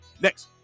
next